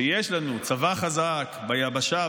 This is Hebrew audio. שיש לנו צבא חזק ביבשה,